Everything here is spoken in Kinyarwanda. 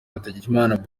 hategekimana